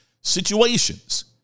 situations